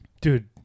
Dude